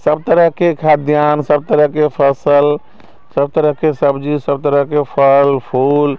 सभतरहके खाद्यान्न सभतरहके फसल सभतरहके सब्जी सभ तरहके फल फूल